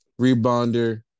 rebounder